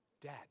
Dad